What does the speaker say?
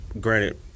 granted